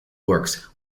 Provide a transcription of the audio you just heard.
works